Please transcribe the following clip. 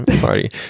party